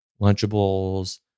Lunchables